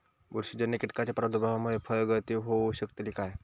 बुरशीजन्य कीटकाच्या प्रादुर्भावामूळे फळगळती होऊ शकतली काय?